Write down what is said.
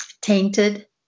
tainted